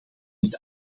niet